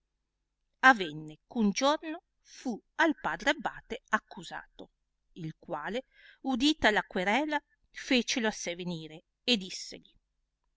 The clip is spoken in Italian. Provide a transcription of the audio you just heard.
un giorno fu al padre abbate accusato il quale udita la querela fecelo a sé venire e dissegli